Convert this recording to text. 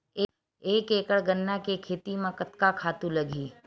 एक एकड़ गन्ना के खेती म कतका खातु लगही?